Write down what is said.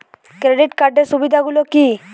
Credit কার্ডের সুবিধা গুলো কি?